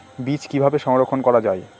বীজ কিভাবে সংরক্ষণ করা যায়?